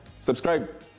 subscribe